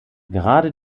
gerade